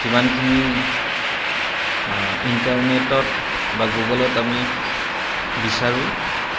যিমানখিনি ইণ্টাৰনেটত বা গুগলত আমি বিচাৰোঁ